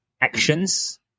actions